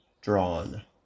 drawn